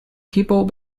people